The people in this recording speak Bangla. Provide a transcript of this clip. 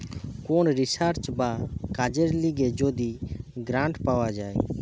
কোন রিসার্চ বা কাজের লিগে যদি গ্রান্ট পাওয়া যায়